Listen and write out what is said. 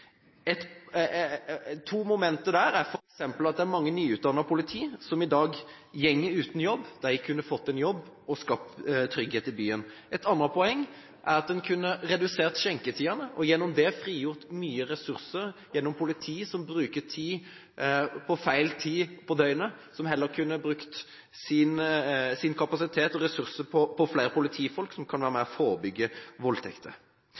Et viktig poeng for Kristelig Folkeparti er nok synlig politi. To momenter der er f.eks. at det er mange nyutdannede politimenn/kvinner som i dag går uten jobb. De kunne fått en jobb og skapt trygghet i byen. Et annet poeng er at en kunne redusert skjenketidene og gjennom det frigjort mye ressurser i politiet, som bruker tiden sin på feil tid av døgnet, som heller kunne brukt sin kapasitet og sine ressurser på flere politifolk som kan være med